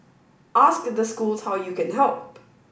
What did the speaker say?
ask the schools how you can help